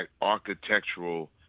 Architectural